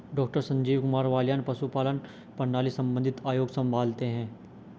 doctor Sanjeev Kumar Baliyan पशुपालन प्रणाली संबंधित आयोग संभालते हैं